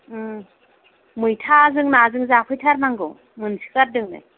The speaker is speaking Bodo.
उम मैथाजों नाजों जाफैथारनांगौ मोनसोगारदों नो